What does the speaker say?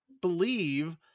believe